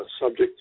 subject